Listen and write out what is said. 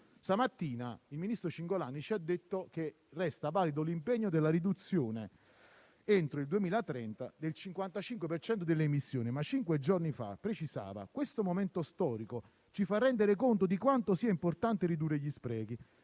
Stamattina il ministro Cingolani ci ha detto che resta valido l'impegno della riduzione entro il 2030 del 55 per cento delle emissioni, ma cinque giorni fa precisava: «Questo momento storico ci fa rendere conto di quanto sia importante ridurre gli sprechi.